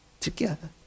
Together